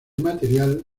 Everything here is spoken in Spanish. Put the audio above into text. material